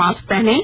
mask पहनें